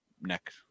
neck